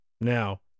Now